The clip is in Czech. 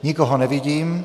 Nikoho nevidím.